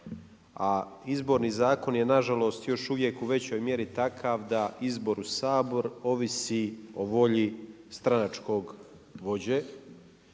A Izborni zakon je nažalost, još uvijek u većoj mjeri takav da izbor u Sabor ovisi o volji stranačkog vođe.